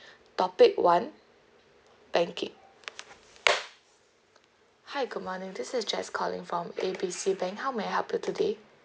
topic one banking hi good morning this is jess calling from A B C bank how may I help you today